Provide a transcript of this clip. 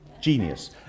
Genius